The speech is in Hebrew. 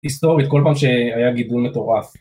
היסטורית כל פעם שהיה גידול מטורף